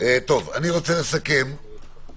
ניקח אחריות לעשות את זה במסגרות שלנו,